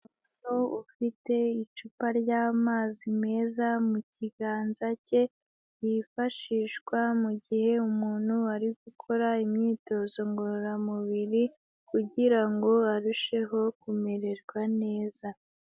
Umuntu ufite icupa ry'amazi meza mukiganza cye, yifashishwa mugihe umuntu ari gukora imyitozo ngororamubiri kugirango arusheho kumererwa neza.